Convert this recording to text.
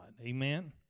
Amen